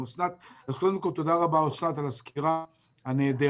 קודם כל, תודה רבה אסנת על הסקירה הנהדרת,